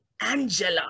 Angela